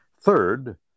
Third